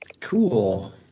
Cool